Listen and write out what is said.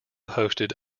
hosted